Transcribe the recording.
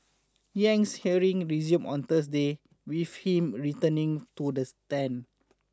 Yang's hearing resumes on Thursday with him returning to the stand